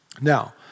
Now